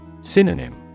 Synonym